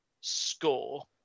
score